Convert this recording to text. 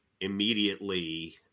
immediately